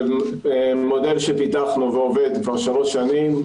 זה מודל שפיתחנו ועובד כבר שלוש שנים,